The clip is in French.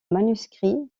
manuscrit